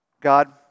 God